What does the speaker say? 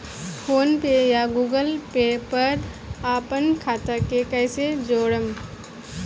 PhonePe या Google Pay पर अपना खाता के कईसे जोड़म?